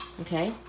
Okay